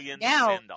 now